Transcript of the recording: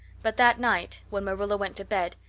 but that night, when marilla went to bed,